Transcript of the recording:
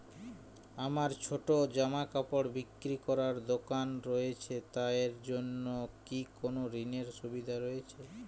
আমার ছোটো জামাকাপড় বিক্রি করার দোকান রয়েছে তা এর জন্য কি কোনো ঋণের সুবিধে রয়েছে?